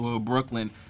Brooklyn